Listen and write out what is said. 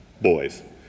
boys